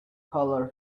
colour